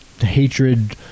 hatred